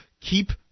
keep